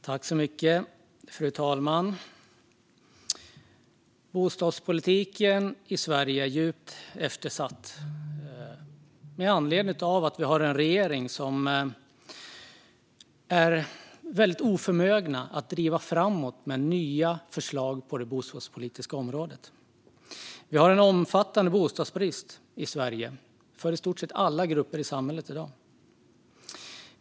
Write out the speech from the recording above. Fru talman! Bostadspolitiken i Sverige är djupt eftersatt. Anledningen till detta är att vi har en regering som är väldigt oförmögen att driva framåt med nya förslag på det bostadspolitiska området. Vi har i dag en omfattande bostadsbrist i Sverige för i stort sett alla grupper i samhället.